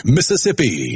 Mississippi